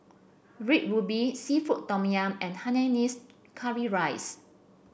Red Ruby seafood Tom Yum and Hainanese Curry Rice